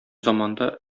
заманда